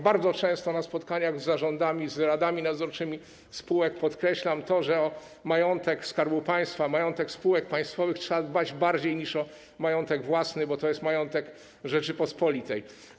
Bardzo często na spotkaniach z zarządami, z radami nadzorczymi spółek podkreślam to, że o majątek Skarbu Państwa, majątek spółek państwowych trzeba dbać bardziej niż o majątek własny, bo to jest majątek Rzeczypospolitej.